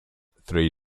three